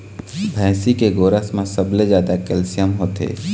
भइसी के गोरस म सबले जादा कैल्सियम होथे